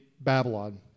Babylon